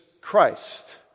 Christ